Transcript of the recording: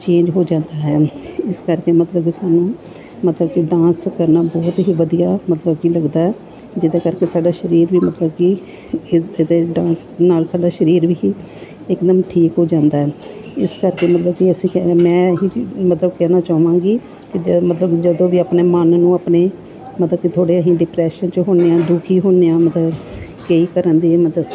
change ਹੋ ਜਾਂਦਾ ਹੈ ਇਸ ਕਰਕੇ ਮਤਲਬ ਕਿ ਸਾਨੂੰ ਮਤਲਬ ਕਿ ਡਾਂਸ ਕਰਨਾ ਬਹੁਤ ਹੀ ਵਧੀਆ ਮਤਲਬ ਕਿ ਲੱਗਦਾ ਜਿਹਦੇ ਕਰਕੇ ਸਾਡਾ ਸਰੀਰ ਵੀ ਮਤਲਬ ਕਿ ਇਹਦੇ ਡਾਂਸ ਨਾਲ ਸਾਡਾ ਸਰੀਰ ਵੀ ਇਕਦਮ ਠੀਕ ਹੋ ਜਾਂਦਾ ਇਸ ਕਰਕੇ ਮਤਲਬ ਕਿ ਅਸੀਂ ਕਹਿੰਦੇ ਮੈਂ ਇਹੋ ਜਿਹੀ ਮਤਲਬ ਕਹਿਣਾ ਚਾਹਾਂਗੀ ਕਿ ਜੋ ਮਤਲਬ ਜਦੋਂ ਵੀ ਆਪਣੇ ਮਨ ਨੂੰ ਆਪਣੇ ਮਤਲਬ ਕਿ ਥੋੜ੍ਹੇ ਅਸੀਂ ਡਿਪਰੈਸ਼ਨ 'ਚ ਹੁੰਦੇ ਹਾਂ ਦੁਖੀ ਹੁੰਦੇ ਹਾਂ ਮਤਲਬ ਕਈ ਘਰਾਂ ਦੇ ਮਤਲਬ